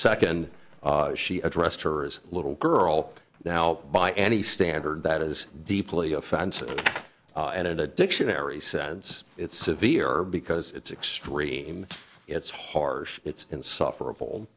second she addressed her as little girl now by any standard that is deeply offensive and in a dictionary sense it's severe because it's extreme it's harsh it's insufferable